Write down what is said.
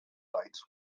lights